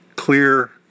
clear